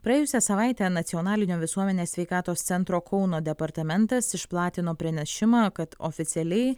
praėjusią savaitę nacionalinio visuomenės sveikatos centro kauno departamentas išplatino pranešimą kad oficialiai